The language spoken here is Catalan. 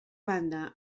banda